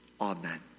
Amen